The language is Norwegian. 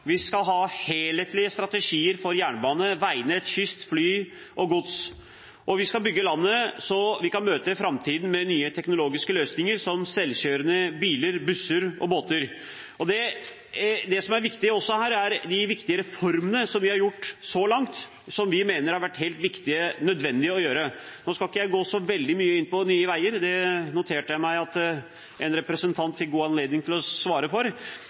Vi skal ha helhetlige strategier for jernbane, veinett, kyst, fly og gods, og vi skal bygge landet sånn at vi kan møte framtiden med nye teknologiske løsninger som selvkjørende biler, busser og båter. Det som også er viktig her, er de viktige reformene vi har gjort så langt, som vi mener har vært helt nødvendige å gjøre. Nå skal ikke jeg gå så mye inn på Nye Veier – det noterte jeg meg at en representant fikk god anledning til å svare for.